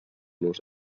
los